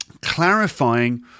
clarifying